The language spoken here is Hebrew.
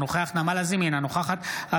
אינו נוכח נעמה לזימי,